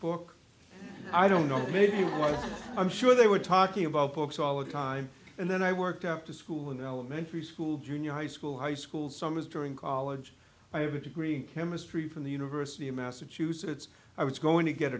book i don't know maybe while i'm sure they were talking about books all the time and then i worked after school in elementary school junior high school high school summers during college i have a degree in chemistry from the university of massachusetts i was going to get